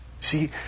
See